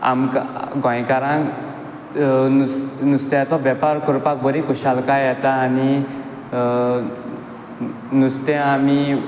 आमकां गोंयकारांक नुस्त्या नुस्त्याचो वेपार करून करपाक बरी खोशालकाय येता आनी नुस्तें आमी